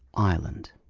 ireland.